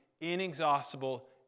inexhaustible